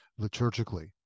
liturgically